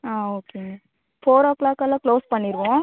ஆ ஓகேங்க ஃபோரோ க்ளாக்கெல்லாம் க்ளோஸ் பண்ணிடுவோம்